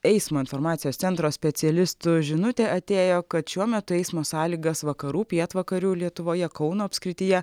eismo informacijos centro specialistų žinutė atėjo kad šiuo metu eismo sąlygas vakarų pietvakarių lietuvoje kauno apskrityje